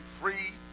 free